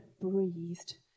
breathed